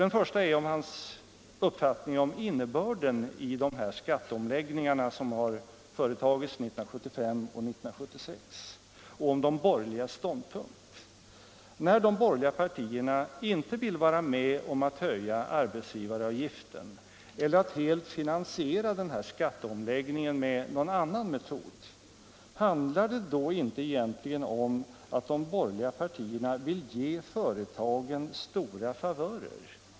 Den första frågan gällde finansministerns uppfattning om innebörden av de skatteomläggningar som görs 1975 och 1976 och om de borgerligas ståndpunkt. När de borgerliga partierna inte vill vara med om att höja arbetsgivaravgiften eller att helt finansiera denna skatteomläggning med någon annan metod, handlar det då inte egentligen om att de borgerliga partierna vill ge företagen stora favörer?